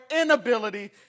inability